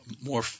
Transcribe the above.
more